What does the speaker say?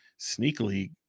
sneakily